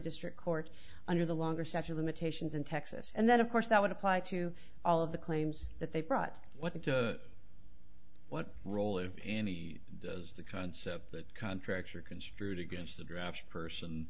district court under the longer statue of limitations in texas and that of course that would apply to all of the claims that they brought what to what role if any does the concept that contracts are construed against a draft person